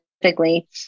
specifically